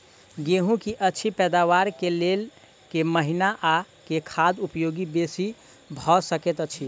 गेंहूँ की अछि पैदावार केँ लेल केँ महीना आ केँ खाद उपयोगी बेसी भऽ सकैत अछि?